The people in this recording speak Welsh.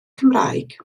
cymraeg